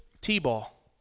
t-ball